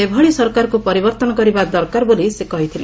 ସେଭଳି ସରକାରଙ୍କୁ ପରିବର୍ଭନ କରିବା ସରକାର ବୋଲି ସେ କହିଥିଲେ